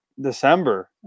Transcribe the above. December